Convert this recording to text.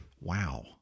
Wow